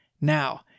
Now